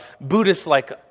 Buddhist-like